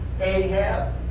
Ahab